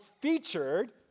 featured